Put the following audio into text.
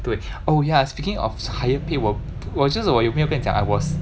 对 oh ya speaking of higher pay 我就是我有没有跟你讲 I was